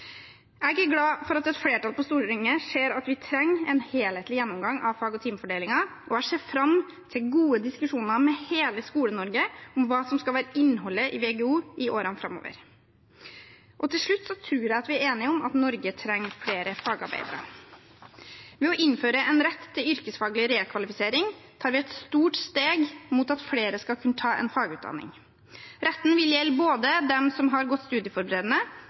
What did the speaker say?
Jeg er glad for at et flertall på Stortinget ser at vi trenger en helhetlig gjennomgang av fag- og timefordelingen. Jeg ser fram til gode diskusjoner med hele Skole-Norge om hva som skal være innholdet i VGO i årene framover. Til slutt: Jeg tror vi er enige om at Norge trenger flere fagarbeidere. Ved å innføre en rett til yrkesfaglig rekvalifisering tar vi et stort steg mot at flere skal kunne ta en fagutdanning. Retten vil gjelde både dem som har gått studieforberedende,